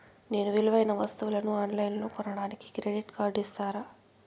నేను విలువైన వస్తువులను ఆన్ లైన్లో కొనడానికి క్రెడిట్ కార్డు ఇస్తారా?